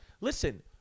listen